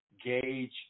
gauge